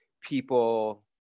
people